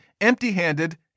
empty-handed